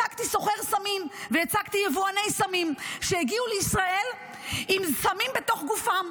ייצגתי סוחר סמים וייצגתי יבואני סמים שהגיעו לישראל עם סמים בתוך גופם.